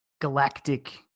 galactic